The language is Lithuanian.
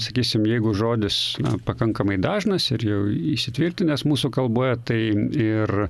sakysim jeigu žodis na pakankamai dažnas ir jau įsitvirtinęs mūsų kalboje tai ir